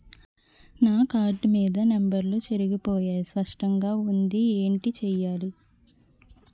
నా కార్డ్ మీద నంబర్లు చెరిగిపోయాయి అస్పష్టంగా వుంది ఏంటి చేయాలి?